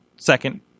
second